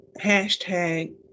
hashtag